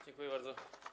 Dziękuję bardzo.